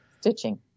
stitching